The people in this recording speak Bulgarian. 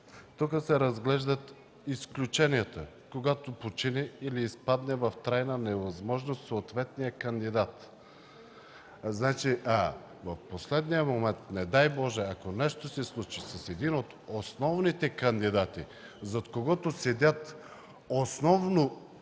Тук се разглеждат изключенията, когато почине или изпадне в трайна невъзможност съответният кандидат. В последния момент, не дай Боже, ако нещо се случи с един от основните кандидати, зад който седят основно